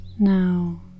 Now